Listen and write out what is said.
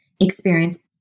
experience